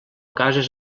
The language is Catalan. cases